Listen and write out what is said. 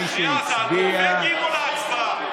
צריכים לתמוך בהצעת החוק,